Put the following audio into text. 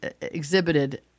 exhibited